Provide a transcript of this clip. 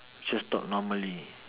just talk normally